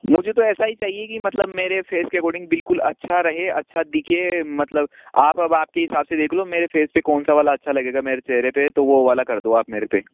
मुझे तो ऐसा ही चाहिए कि मतलब मेरे फेस के अकॉर्डिंग बिल्कुल अच्छा रहे अच्छा दिखे मतलब आप अब आपके हिसाब से देख लो मेरे फेस पे कौन सा वाला अच्छा लगेगा मेरे चहरे पे तो वो वाला कर दो आप पे